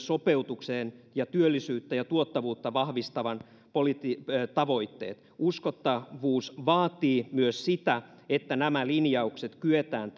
sopeutuksen ja työllisyyttä ja tuottavuutta vahvistavan politiikan tavoitteet uskottavuus vaatii myös sitä että nämä linjaukset kyetään